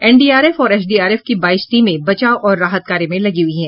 NDRF और SDRF की बाईस टीमें बचाव और राहत कार्य में लगी हुई हैं